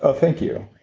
ah thank you.